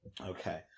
Okay